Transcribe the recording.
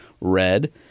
red